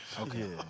Okay